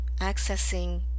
Accessing